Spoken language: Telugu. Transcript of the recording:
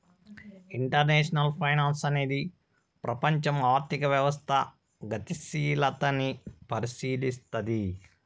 ఇంటర్నేషనల్ ఫైనాన్సు అనేది ప్రపంచం ఆర్థిక వ్యవస్థ గతిశీలతని పరిశీలస్తది